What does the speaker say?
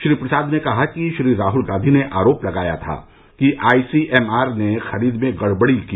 श्री प्रसाद ने कहा कि श्री राहुल गांधी ने आरोप लगाया था कि आईसीएमआर ने खरीद में गड़बड़ की